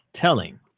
telling